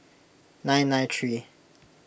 nine nine three